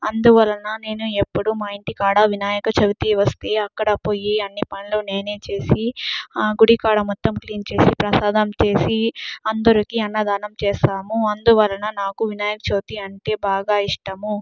అందువలన నేను ఎప్పుడు మా ఇంటి కాడ వినాయక చవితి వస్తే అక్కడ పోయి అన్ని పనులు నేనే చేసి ఆ గుడి కాడ మొత్తం క్లీన్ చేసి ప్రసాదం చేసి అందరికీ అన్నదానం చేస్తాము అందువలన నాకు వినాయక చవితి అంటే బాగా ఇష్టము